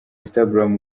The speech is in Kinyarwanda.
instagram